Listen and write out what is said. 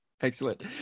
Excellent